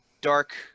dark